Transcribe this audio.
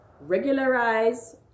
regularize